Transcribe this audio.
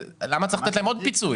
למה צריך לתת להם עוד פיצוי?